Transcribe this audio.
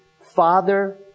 Father